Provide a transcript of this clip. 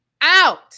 out